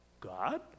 God